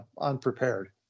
unprepared